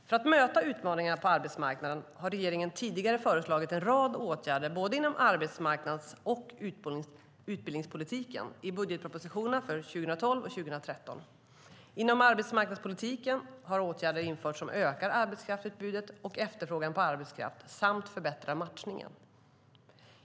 För att möta utmaningarna på arbetsmarknaden har regeringen tidigare föreslagit en rad åtgärder inom både arbetsmarknads och utbildningspolitiken i budgetpropositionerna för 2012 och 2013. Inom arbetsmarknadspolitiken har åtgärder införts som ökar arbetskraftsutbudet och efterfrågan på arbetskraft samt förbättrar matchningen.